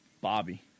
Bobby